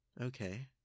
Okay